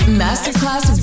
masterclass